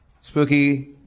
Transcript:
spooky